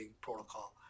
protocol